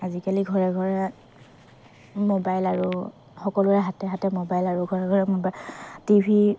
আজিকালি ঘৰে ঘৰে ম'বাইল আৰু সকলোৰে হাতে হাতে ম'বাইল আৰু ঘৰে ঘৰে মোবা টিভি